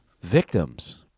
victims